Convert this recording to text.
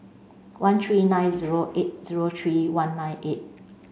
one three nine zero eight zero three one nine eight